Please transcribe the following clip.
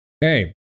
hey